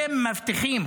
אתם מבטיחים,